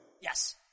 Yes